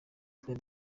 twari